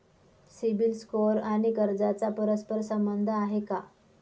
CIBIL score आणि कर्जाचा परस्पर संबंध आहे का?